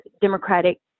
democratic